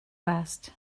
west